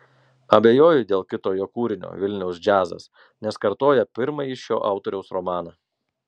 abejoju dėl kito jo kūrinio vilniaus džiazas nes kartoja pirmąjį šio autoriaus romaną